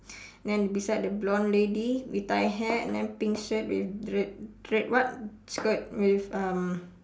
then beside the blonde lady with tie hair and then pink shirt with red red what skirt with um